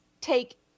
take